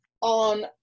on